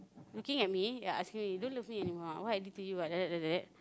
looking at me ya asking me don't love me anymore ah what I did to you like that like that